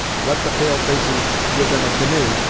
let the pale-faces give them a canoe,